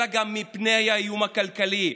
אלה גם מפני האיום הכלכלי?